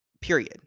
period